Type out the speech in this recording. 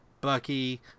Bucky